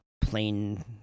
plain